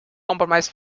comprises